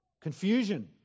Confusion